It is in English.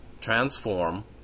transform